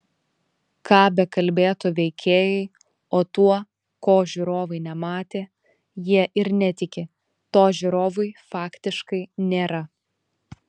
ką bekalbėtų veikėjai o tuo ko žiūrovai nematė jie ir netiki to žiūrovui faktiškai nėra